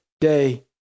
day